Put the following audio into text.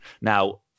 Now